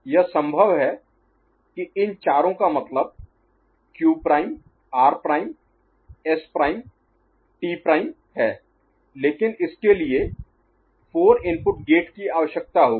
यह संभव है कि इन चारों का मतलब Q prime R prime S prime T prime है लेकिन इसके लिए 4 इनपुट गेट की आवश्यकता होगी